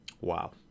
wow